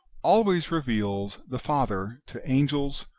always reveals the father to angels,